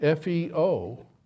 FeO